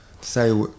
say